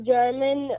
German